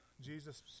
Jesus